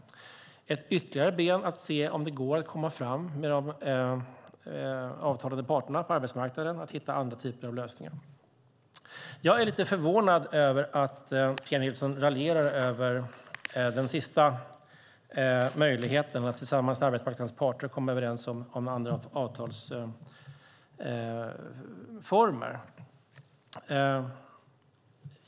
Ett femte ben är att se om det går att komma överens med de avtalande parterna på arbetsmarknaden och hitta andra typer av lösningar. Jag är förvånad över att Pia Nilsson raljerar över den sista möjligheten, att tillsammans med arbetsmarknadens parter komma överens om andra avtalsformer.